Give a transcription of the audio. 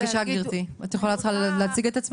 אני רוצה לתת